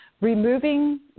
Removing